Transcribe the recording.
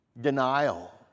denial